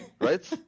right